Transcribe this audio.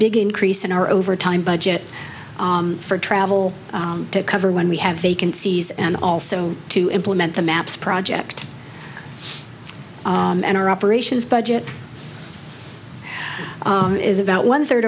big increase in our overtime budget for travel to cover when we have vacancies and also to implement the maps project and our operations budget is about one third